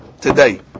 today